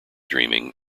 dreaming